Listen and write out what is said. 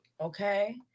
Okay